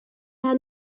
her